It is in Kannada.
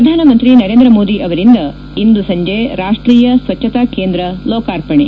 ಪ್ರಧಾನಮಂತ್ರಿ ನರೇಂದ್ರಮೋದಿ ಅವರಿಂದ ಇಂದು ಸಂಜೆ ರಾಷ್ಷೀಯ ಸ್ವಚ್ಚತಾ ಕೇಂದ್ರ ಲೋಕಾರ್ಪಣೆ